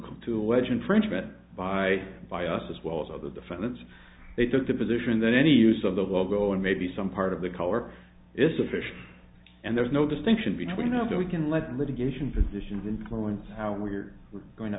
include to allege infringement by by us as well as other defendants they took the position that any use of the logo and maybe some part of the color is sufficient and there's no distinction between us that we can let litigation positions influence how we're going to